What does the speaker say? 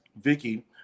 Vicky